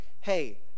hey